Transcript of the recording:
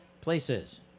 Places